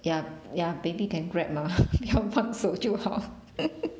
ya ya baby can grab mah 不要放手就好